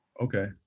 Okay